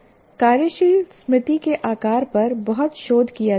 कार्यशील स्मृति के आकार पर बहुत शोध किया जाता है